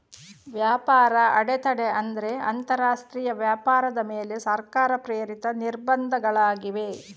ವ್ಯಾಪಾರ ಅಡೆತಡೆ ಅಂದ್ರೆ ಅಂತರರಾಷ್ಟ್ರೀಯ ವ್ಯಾಪಾರದ ಮೇಲೆ ಸರ್ಕಾರ ಪ್ರೇರಿತ ನಿರ್ಬಂಧಗಳಾಗಿವೆ